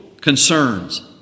concerns